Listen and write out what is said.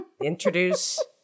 Introduce